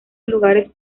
lugares